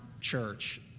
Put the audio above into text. church